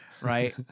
right